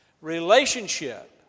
Relationship